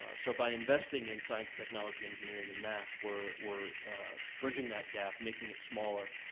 so by investing in science, technology, engineering and math, we're we're bridging that gap, making it smaller,